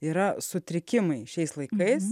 yra sutrikimai šiais laikais